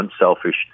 unselfish